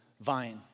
vine